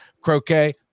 croquet